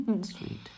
Sweet